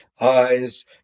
eyes